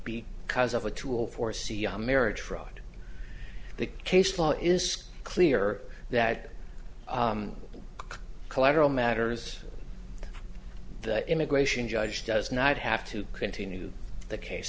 because of a tool for c r marriage fraud the case law is clear that collateral matters the immigration judge does not have to continue the case